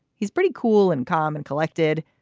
he's pretty cool and calm and collected.